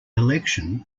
election